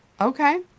Okay